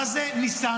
מה זה ניסן?